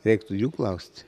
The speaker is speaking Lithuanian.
reiktų jų klausti